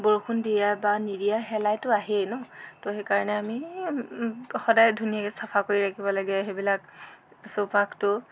বৰষুণ দিয়া বা নিদিয়া শেলাইটো আহেই ন ত' সেইকাৰণে আমি সদাই ধুনীয়াকৈ চফা কৰি ৰাখিব লাগে সেইবিলাক চৌপাশটো